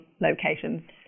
locations